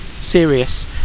serious